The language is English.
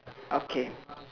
okay